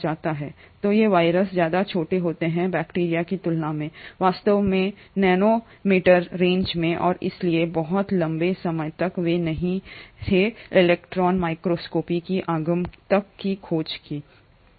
तो ये वायरस ज्यादा छोटे होते हैं बैक्टीरिया की तुलना में वास्तव में नैनो मीटर रेंज में और इसलिए बहुत लंबे समय तक वे नहीं थे इलेक्ट्रॉन माइक्रोस्कोपी के आगमन तक की खोज की